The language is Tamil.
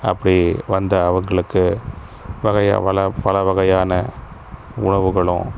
அப்படி வந்த அவங்களுக்கு வகையான பல பலவகையான உணவுகளும்